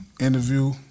Interview